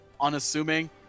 unassuming